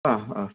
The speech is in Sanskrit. आम् आम्